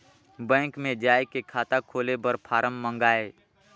Bank मे जाय के खाता खोले बर फारम मंगाय?